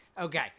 Okay